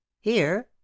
Here